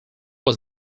was